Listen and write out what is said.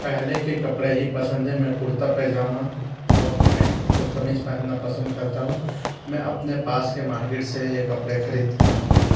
पहले के कपड़े ही पसंद हैं मैं कुर्ता पैजामा और पैन्ट और कमीज पहनना ही पसंद करता हूँ मैं अपने पास के मार्केट से यह कपड़े खरीदता हूँ